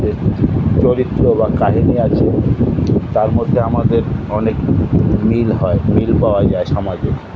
যে চরিত্র বা কাহিনি আছে তার মধ্যে আমাদের অনেক মিল হয় মিল পাওয়া যায় সমাজের